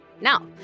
Now